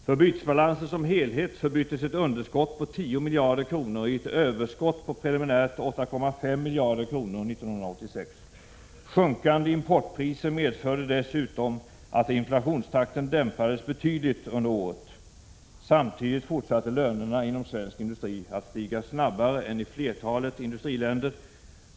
För bytesbalansen som helhet förbyttes ett underskott på 10 miljarder kronor i ett överskott på preliminärt 8,5 miljarder kronor 1986. Sjunkande importpriser medförde dessutom att inflationstakten dämpades betydligt under året. Samtidigt fortsatte lönerna inom svensk industri att stiga snabbare än i flertalet industriländer.